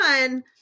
one